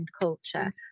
culture